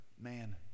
man